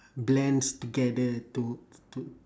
blends together to to